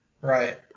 right